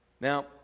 Now